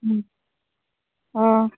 ꯎꯝ ꯑꯥ